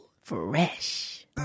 Fresh